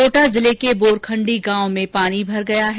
कोटा जिले के बोरखंडी गांव में पानी भर गया है